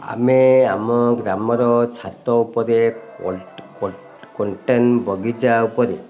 ଆମେ ଆମ ଗ୍ରାମର ଛାତ ଉପରେ କଣ୍ଟେନ୍ ବଗିଚା ଉପରେ